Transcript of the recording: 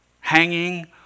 Hanging